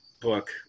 book